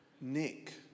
Nick